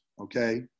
okay